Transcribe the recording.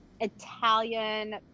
Italian